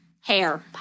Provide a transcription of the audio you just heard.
hair